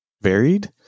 varied